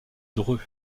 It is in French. dreux